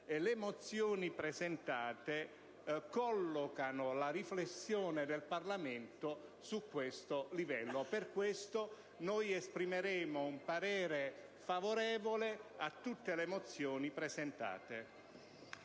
Le mozioni presentate collocano la riflessione del Parlamento su questo livello; per questo noi esprimeremo un voto favorevole su tutte le mozioni presentate.